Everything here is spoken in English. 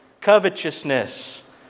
covetousness